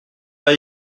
pas